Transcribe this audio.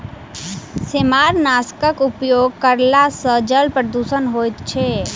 सेमारनाशकक उपयोग करला सॅ जल प्रदूषण होइत छै